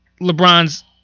lebron's